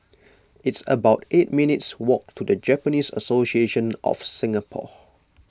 it's about eight minutes walk to the Japanese Association of Singapore